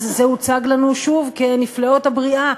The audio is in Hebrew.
אז זה הוצג לנו שוב כנפלאות הבריאה.